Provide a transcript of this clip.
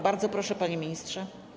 Bardzo proszę, panie ministrze.